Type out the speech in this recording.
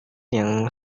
yang